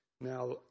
Now